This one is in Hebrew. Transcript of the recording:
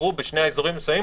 שבחרו בשני האזורים המסוימים,